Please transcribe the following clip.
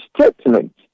statement